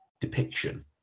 depiction